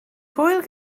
hwyl